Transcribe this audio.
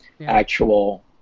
actual